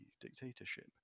dictatorship